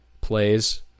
plays